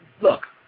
Look